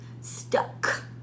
stuck